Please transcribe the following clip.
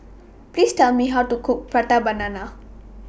Please Tell Me How to Cook Prata Banana